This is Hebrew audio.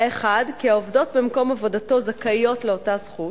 האחד, שהעובדות במקום עבודתו זכאיות לאותה זכות,